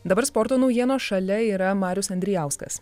dabar sporto naujienos šalia yra marius andrijauskas